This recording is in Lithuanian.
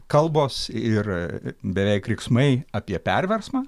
kalbos ir beveik riksmai apie perversmą